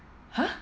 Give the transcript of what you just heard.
!huh!